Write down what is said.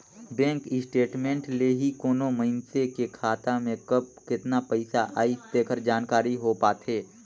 bank statement ले ही कोनो मइसने के खाता में कब केतना पइसा आइस तेकर जानकारी हो पाथे